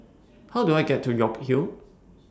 How Do I get to York Hill